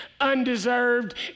undeserved